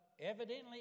evidently